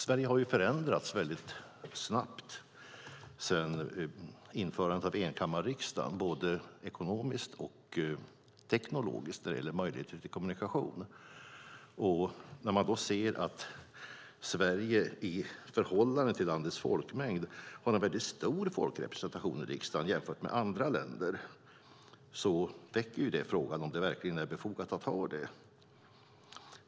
Sverige har ju förändrats väldigt snabbt sedan införandet av enkammarriksdagen, både ekonomiskt och teknologiskt, när det gäller möjligheter till kommunikation. När man då ser att Sverige i förhållande till landets folkmängd har en väldigt stor folkrepresentation i riksdagen jämfört med andra länder väcker det frågan om det verkligen är befogat att ha det.